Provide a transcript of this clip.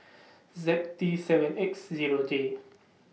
Z T seven X Zero J